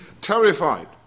terrified